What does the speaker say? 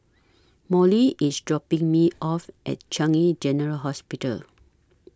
Mollie IS dropping Me off At Changi General Hospital